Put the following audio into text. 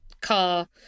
car